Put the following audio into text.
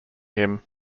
him